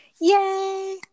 yay